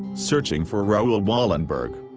searching for raoul wallenberg.